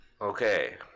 Okay